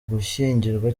gushyingirwa